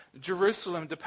Jerusalem